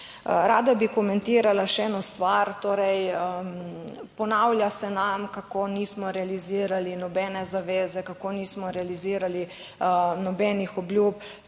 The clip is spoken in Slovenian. Rada bi komentirala še eno stvar. Torej ponavlja se nam, kako nismo realizirali nobene zaveze, kako nismo realizirali nobenih obljub.